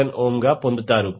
467 ohm గా పొందుతారు